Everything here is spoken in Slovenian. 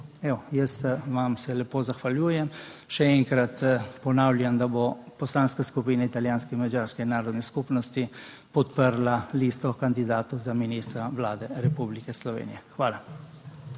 jaz vam se lepo zahvaljujem. Še enkrat ponavljam, da bo Poslanska skupina italijanske in madžarske narodne skupnosti podprla listo kandidatov za ministra Vlade Republike Slovenije. Hvala.